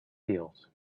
healed